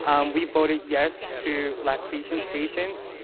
um we voted yes to lactation stations,